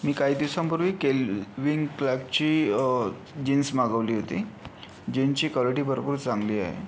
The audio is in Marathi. मी काही दिवसांपूर्वी केल्विन क्लार्कची जीन्स मागवली होती जीन्सची क्वालिटी भरपूर चांगली आहे